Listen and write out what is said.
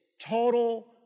total